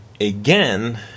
Again